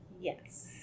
Yes